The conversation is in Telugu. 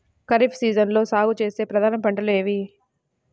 ఖరీఫ్ సీజన్లో సాగుచేసే ప్రధాన పంటలు ఏమిటీ?